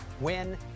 win